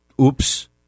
Oops